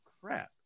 crap